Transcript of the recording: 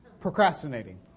Procrastinating